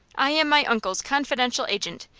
i am my uncle's confidential agent,